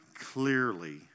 clearly